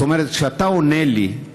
כלומר כשאתה עונה לי,